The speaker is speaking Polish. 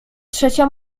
trzecia